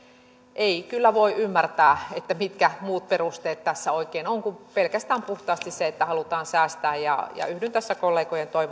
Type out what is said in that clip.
ei kyllä voi ymmärtää että mitkä muut perusteet tässä oikein on kuin pelkästään puhtaasti se että halutaan säästää yhdyn tässä kollegojen